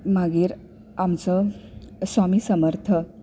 मागीर आमचो स्वामी समर्थ